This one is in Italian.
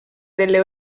delle